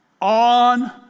on